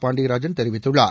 பாண்டியராஜன் தெரிவித்துள்ளார்